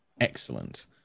Excellent